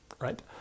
right